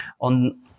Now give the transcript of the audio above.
on